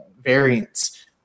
variants